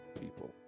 people